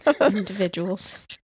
individuals